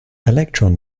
electron